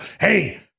hey